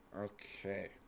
Okay